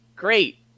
great